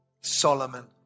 Solomon